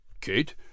Kate